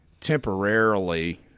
Temporarily